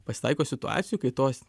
pasitaiko situacijų kai tos